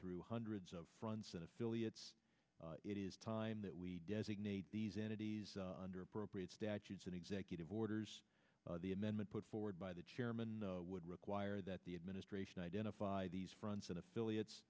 through hundreds of fronts and affiliates it is time that we designate these entities under appropriate statutes and executive orders the amendment put forward by the chairman would require that the administration identify these fronts and affiliates